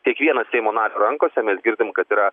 kiekvieno seimo nario rankose mes girdim kad yra